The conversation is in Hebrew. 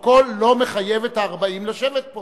אבל תחולת ההוראה הזאת היא מהכנסת התשע-עשרה.